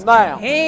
now